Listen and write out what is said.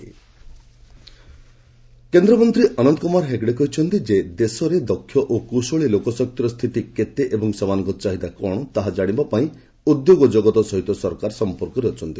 Hegde skill industry କେନ୍ଦ୍ରମନ୍ତ୍ରୀ ଅନନ୍ତ କୁମାର ହେଗ୍ଡେ କହିଛନ୍ତି ଦେଶରେ ଦକ୍ଷ ଓ କୁଶଳୀ ଲୋକଶକ୍ତିର ସ୍ଥିତି କେତେ ଏବଂ ସେମାନଙ୍କର ଚାହିଦା କ'ଣ ତାହା ଜାଣିବାପାଇଁ ଉଦ୍ୟୋଗ ଜଗତ ସହ ସରକାର ସମ୍ପର୍କରେ ଅଛନ୍ତି